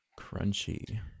Crunchy